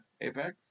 Apex